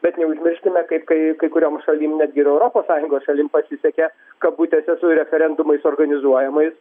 bet neužmirškime kaip kai kai kurioms šalim netgi ir europos sąjungos šalim pasisekė kabutėse su referendumais organizuojamais